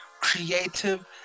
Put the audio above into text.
creative